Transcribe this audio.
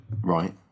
Right